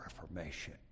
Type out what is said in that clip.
Reformation